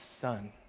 son